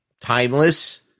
timeless